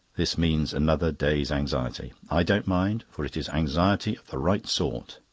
this means another day's anxiety i don't mind, for it is anxiety of the right sort.